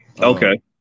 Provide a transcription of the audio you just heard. Okay